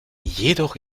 jedoch